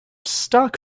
stock